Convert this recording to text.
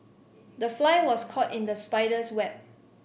the fly was caught in the spider's web